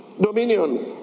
dominion